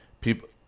people